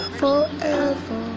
forever